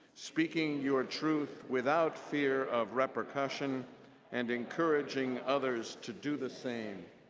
speaking your truth without fear of repercussion and encouraging others to do the same.